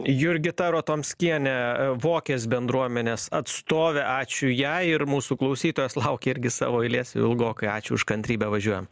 jurgita rotomskienė vokės bendruomenės atstovė ačiū jai ir mūsų klausytojas laukia irgi savo eilės jau ilgokai ačiū už kantrybę važiuojam